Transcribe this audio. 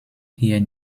hier